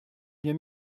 bien